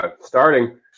Starting